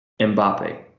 Mbappe